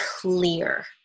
clear